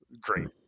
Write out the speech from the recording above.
Great